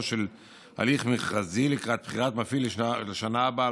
של הליך מרכזי לקראת בחירת מפעיל לשנה הבאה,